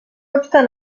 obstant